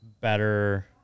better